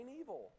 evil